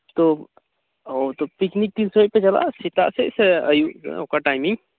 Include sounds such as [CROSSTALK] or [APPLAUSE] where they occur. ᱛᱚ ᱚᱸᱻ ᱛᱚ ᱯᱤᱠᱱᱤᱠ ᱛᱤᱱ ᱥᱚᱢᱟᱹᱭ ᱯᱮ ᱪᱟᱞᱟᱜᱼᱟ ᱥᱮᱛᱟᱜ ᱥᱮᱫ ᱥᱮ ᱟᱭᱩᱵ ᱥᱮᱫ ᱚᱠᱟ ᱴᱟᱭᱤᱢ [UNINTELLIGIBLE]